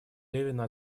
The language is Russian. левина